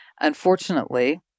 unfortunately